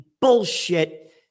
bullshit